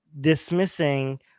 dismissing